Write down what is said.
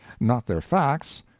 not their facts,